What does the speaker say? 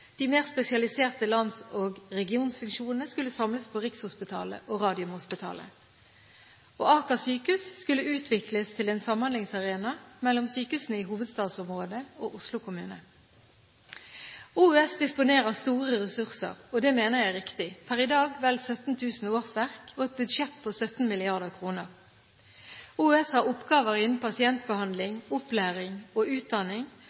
De mer spesialiserte lands- og regionfunksjonene skulle samles på Rikshospitalet og Radiumhospitalet. Aker sykehus skulle utvikles til en samhandlingsarena mellom sykehusene i hovedstadsområdet og Oslo kommune. OUS disponerer store ressurser, og det mener jeg er riktig – per i dag vel 17 000 årsverk og et budsjett på 17 mrd. kr. OUS har oppgaver innen pasientbehandling, opplæring og utdanning,